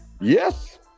Yes